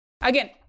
Again